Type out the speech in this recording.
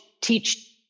teach